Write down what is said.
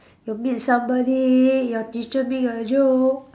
you meet somebody your teacher make a joke